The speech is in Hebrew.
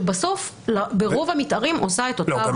כשבסוף ברוב המתארים עושה את אותה